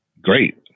Great